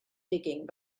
digging